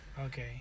Okay